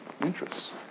interests